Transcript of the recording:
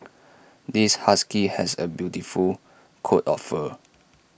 this husky has A beautiful coat of fur